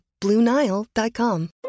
BlueNile.com